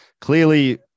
Clearly